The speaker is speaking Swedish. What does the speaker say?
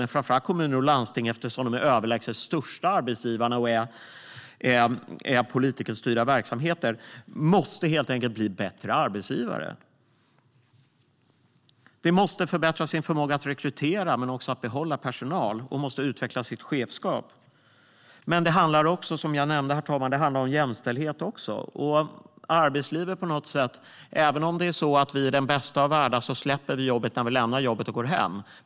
Men kommuner och landsting är de överlägset största arbetsgivarna och är också politikerstyrda verksamheter. De måste förbättra sin förmåga att rekrytera men också att behålla personal. De måste också utveckla sitt chefskap. Herr talman! Som jag nämnde handlar det också om jämställdhet. I den bästa av världar släpper vi jobbet när vi går hem.